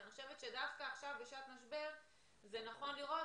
אני חושבת שדווקא עכשיו בשעת משבר זה נכון לראות